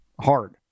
Hard